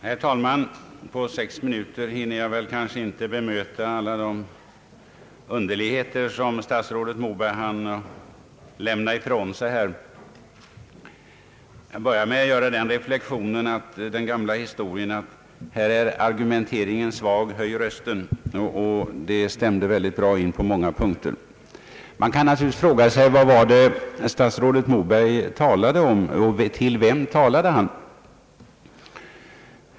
Herr talman! På sex minuter hinner jag väl inte bemöta alla de underligheter som statsrådet Moberg hann komma med. Till att börja med gör jag den reflexionen att den gamla historien »Här är argumenteringen svag, höj rösten!» stämde utomordentligt bra på många punkter. Man kan naturligtvis fråga sig vad det var som statsrådet Moberg talade om. Och till vem talade han?